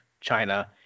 China